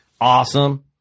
Awesome